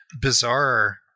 bizarre